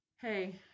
Hey